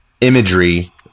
imagery